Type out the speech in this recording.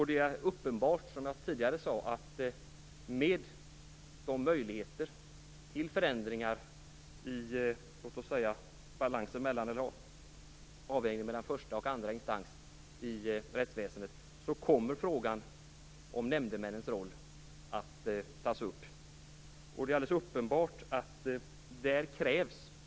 Det är uppenbart, som jag tidigare sade, att med möjligheterna till förändringar i avvägning mellan första och andra instans i rättsväsendet kommer frågan om nämndemännens roll att tas upp.